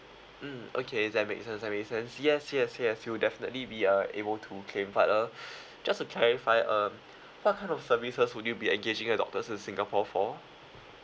mm okay that makes sense that makes sense yes yes yes you'll definitely be uh able to claim but uh just to clarify um what kind of services would you be engaging a doctor in singapore for